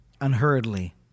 unhurriedly